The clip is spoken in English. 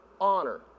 honor